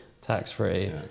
Tax-free